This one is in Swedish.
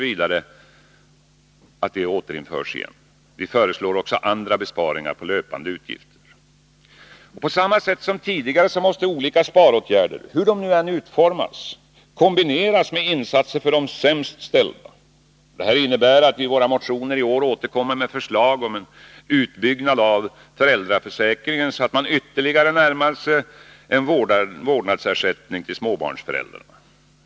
Vi föreslår också andra besparingar på löpande utgifter. På samma sätt som tidigare måste olika sparåtgärder— hur de än utformas — kombineras med insatser för de sämst ställda. Det innebär att vi i våra motioner i år återkommer med förslag om en utbyggnad av föräldraförsäkringen så att man ytterligare närmar sig en vårdnadsersättning till småbarnsföräldrarna.